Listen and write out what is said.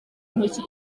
intoki